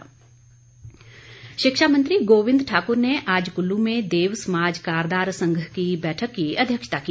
गोविंद ठाक्र शिक्षा मंत्री गोविंद ठाकुर ने आज कुल्लू में देव समाज कारदार संघ की बैठक की अध्यक्षता की